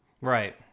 Right